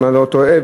אם אני לא טועה,